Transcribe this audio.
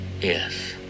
yes